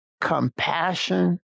compassion